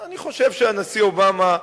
אני חושב שהנשיא אובמה,